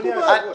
אדוני היושב-ראש,